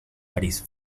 parís